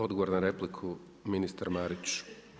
Odgovor na repliku, ministar Marić.